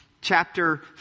chapter